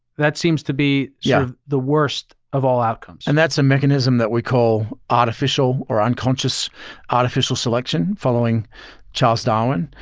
that seems to be yeah the worst of all outcomes. and that's a mechanism that we call artificial or unconscious artificial selection following charles darwin.